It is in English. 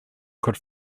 could